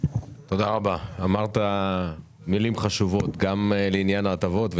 אמרת מילים חשובות לעניין ההטבות.